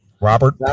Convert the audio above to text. Robert